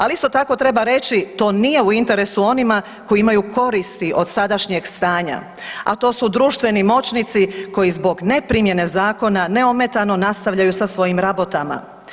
Ali isto tako treba reći to nije u interesu onima koji imaju koristi od sadašnjeg stanja, a to su društveni moćnici koji zbog ne primjene zakona, neometano nastavljaju sa svojim rabotama.